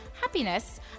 happiness